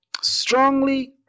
strongly